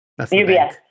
UBS